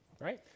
right